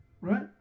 right